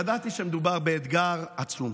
ידעתי שמדובר באתגר עצום.